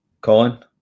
Colin